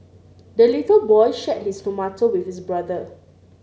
the little boy shared his tomato with his brother